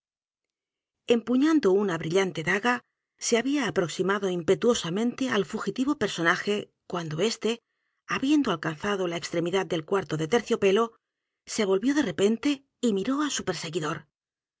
empuñando una brillante daga se había aproximado impetuosamente al fugitivo personaje cuando éste habiendo alcanzado la extremidad del cuarto de t e r c i o pelo se volvió de repente y miró á su perseguidor